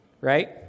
right